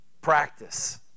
Practice